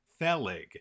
Thelig